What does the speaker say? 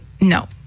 no